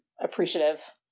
appreciative